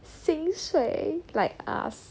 薪水 like us